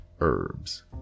Herbs